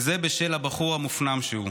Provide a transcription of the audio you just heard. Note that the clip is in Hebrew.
וזה בשל הבחור המופנם שהוא.